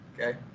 okay